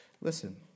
listen